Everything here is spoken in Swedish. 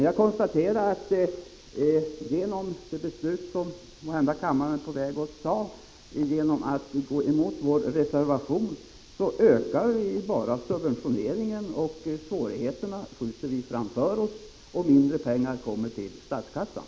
Jag konstaterar att genom det beslut som kammaren måhända är på väg att fatta, där man går emot vår reservation, blir effekten bara att man ökar subventioneringen, skjuter svårigheterna framför sig och får mindre pengar till statskassan.